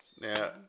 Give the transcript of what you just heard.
now